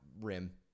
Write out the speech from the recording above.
rim